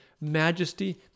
majesty